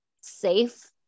safe